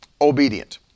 obedient